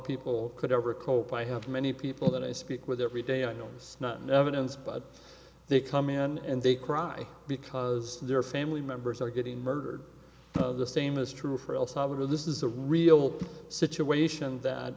people could ever cope i have many people that i speak with every day i know it's not an evidence but they come in and they cry because their family members are getting murdered the same is true for el salvador this is a real situation that